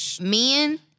men